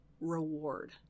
reward